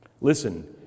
listen